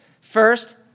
First